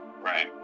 Right